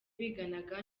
biganaga